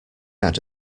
had